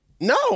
no